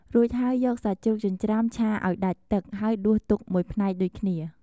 រួចហើយ យកសាច់ជ្រូកចិញ្រ្ចាំឆាឱ្យដាច់ទឹក ហើយដួសទុកមួយផ្នែកដូចគ្នា។